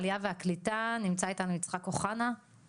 גבירתי יושבת-הראש, רק